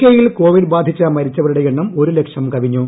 K യിൽ Covid ബാധിച്ച് മരിച്ചവരുടെ എണ്ണം ഒരു ലക്ഷം കവിഞ്ഞു